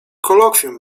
kolokwium